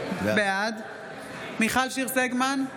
בעד מיכל שיר סגמן,